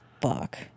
fuck